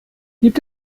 gibt